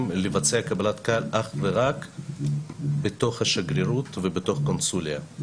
לבצע קבלת קהל אך ורק בתוך השגרירות ובתוך קונסוליה.